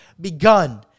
begun